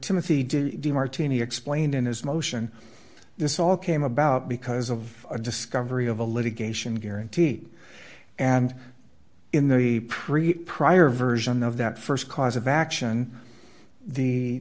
timothy did demartini explained in his motion this all came about because of a discovery of a litigation guaranteed and in the pre prior version of that st cause of action the